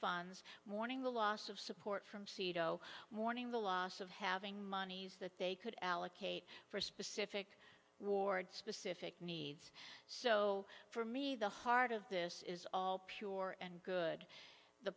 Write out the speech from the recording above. funds mourning the loss of support from seato mourning the loss of having monies that they could allocate for specific ward specific needs so for me the heart of this is all pure and good the